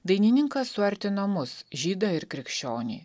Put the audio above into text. dainininkas suartino mus žydą ir krikščionį